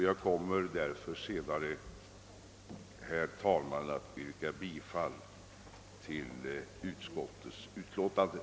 Jag kommer därför senare, herr talman, att yrka bifall till utskottets hemställan.